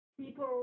people